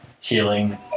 healing